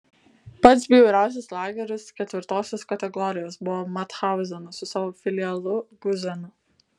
pats bjauriausias lageris ketvirtosios kategorijos buvo mathauzenas su savo filialu guzenu